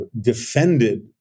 defended